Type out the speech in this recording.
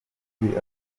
akwiye